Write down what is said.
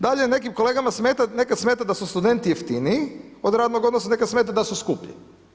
Dalje, nekim kolegama smeta, nekad smeta da su studenti jeftiniji od radnog odnosa, nekad smeta da su skuplji.